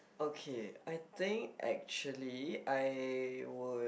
okay I think actually I would